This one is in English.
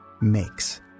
makes